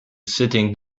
sitting